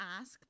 ask